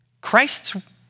Christ's